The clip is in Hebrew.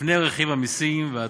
לפני רכיב המסים והתוספות.